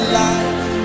life